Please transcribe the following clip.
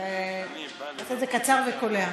בבקשה, קצר וקולע.